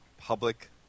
public